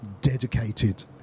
dedicated